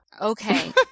Okay